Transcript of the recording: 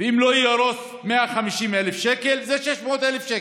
ואם לא יהרוס זה 150,000 שקל, זה 600,000 שקל.